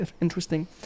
interesting